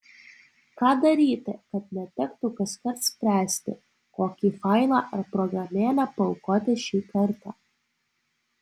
ką daryti kad netektų kaskart spręsti kokį failą ar programėlę paaukoti šį kartą